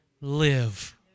live